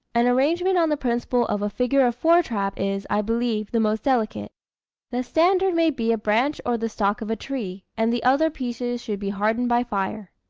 an arrangement on the principle of a figure of four trap is, i believe, the most delicate the standard may be a branch or the stock of a tree and the other pieces should be hardened by fire.